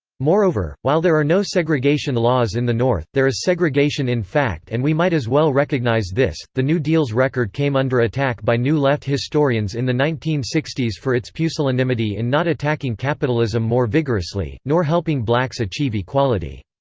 moreover, while there are no segregation laws in the north, there is segregation in fact and we might as well recognize this the new deal's record came under attack by new left historians in the nineteen sixty s for its pusillanimity in not attacking capitalism more vigorously, nor helping blacks achieve equality.